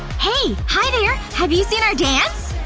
hey. hi there! have you seen our dance?